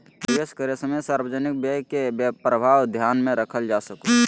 निवेश करे समय सार्वजनिक व्यय के प्रभाव ध्यान में रखल जा सको हइ